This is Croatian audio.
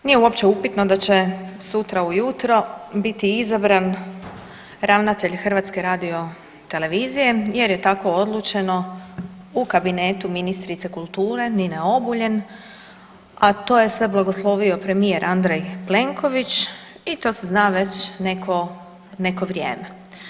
Nije uopće upitno da će sutra ujutro biti izabran ravnatelj Hrvatske radiotelevizije jer je tako odlučeno u kabinetu ministrice kulture, Nine Obuljen, a to je sve blagoslovio premijer Andrej Plenković, i to se zna već neko vrijeme.